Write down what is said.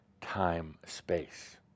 time-space